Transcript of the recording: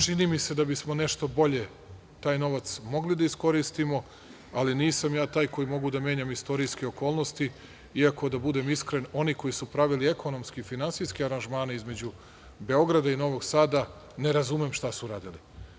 Čini mi se da bismo nešto bolje taj novac mogli da iskoristimo, ali nisam ja taj koji mogu da menjam istorijske okolnosti, iako, da budem iskren, oni koji su pravili ekonomske i finansijske aranžmane između Beograda i Novog Sada ne razumem šta su uradili.